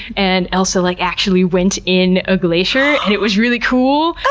and elsa like actually went in a glacier, and it was really cool,